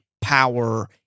power